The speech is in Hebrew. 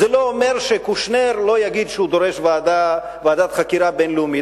זה לא אומר שקושנר לא יגיד שהוא דורש ועדת חקירה בין-לאומית.